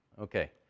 Okay